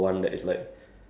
and it's just like